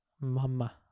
Mama